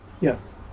Yes